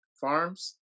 farms